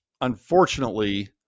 unfortunately